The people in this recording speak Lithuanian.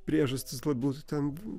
priežastis labiau taiten